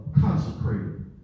consecrated